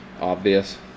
obvious